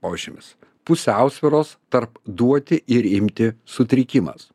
požymis pusiausvyros tarp duoti ir imti sutrikimas